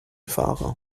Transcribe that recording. fahrer